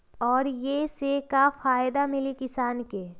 और ये से का फायदा मिली किसान के?